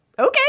Okay